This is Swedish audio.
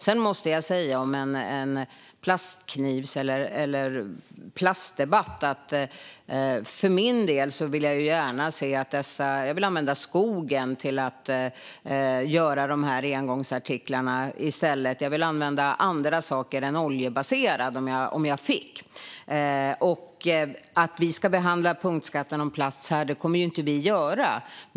När det gäller en plastdebatt måste jag säga att jag gärna vill se att man i stället använder skogen för att göra sådana engångsartiklar. Jag vill att man använder andra saker än oljebaserade produkter, om det går. Vi kommer inte att behandla punktskatten om plast här.